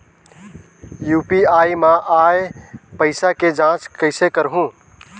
UPI मा आय पइसा के जांच कइसे करहूं?